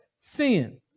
Sin